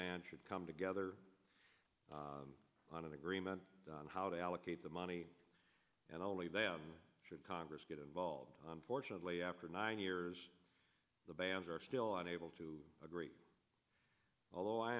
band should come together on an agreement on how to allocate the money and only then should congress get involved unfortunately after nine years the bans are still unable to agree although i